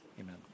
Amen